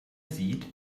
sieht